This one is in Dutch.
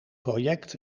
project